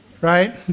right